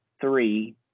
three